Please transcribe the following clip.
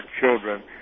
children